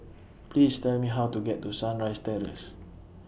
Please Tell Me How to get to Sunrise Terrace